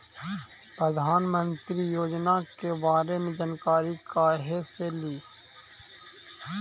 प्रधानमंत्री योजना के बारे मे जानकारी काहे से ली?